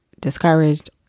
discouraged